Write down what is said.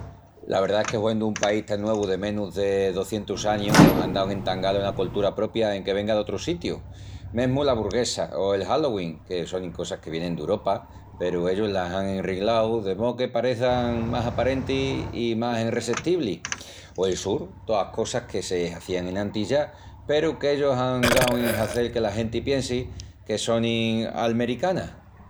La verdá es que huendu un país tan nuevu de menus de docientus añus án dau en entangal una coltura propia enque venga d'otrus sitius. Mesmu l'aburguesa o el halloween, que sonin cosas que vienin d'Uropa peru ellus las án enringlau de mó que pareçan más aparentis i más enresestiblis. O el surf, toas cosas que se hazían enantis ya peru que ellus án dau en hazel que la genti piensi que sonin almericanas.